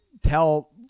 tell